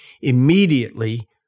immediately